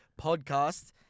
podcast